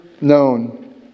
known